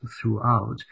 throughout